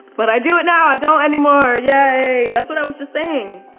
but i do it now, i don't anymore, yay. that's what i was just saying.